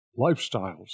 Lifestyles